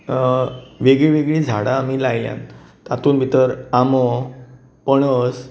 वेगळीं वेगळीं झाडां आमी लायल्यात तातूंत भितर आंबो पणस